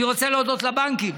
אני רוצה להודות לבנקים